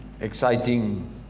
exciting